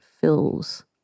fills